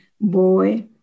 boy